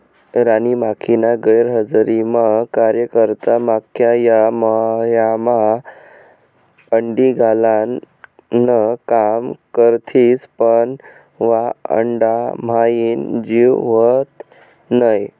राणी माखीना गैरहजरीमा कार्यकर्ता माख्या या मव्हायमा अंडी घालान काम करथिस पन वा अंडाम्हाईन जीव व्हत नै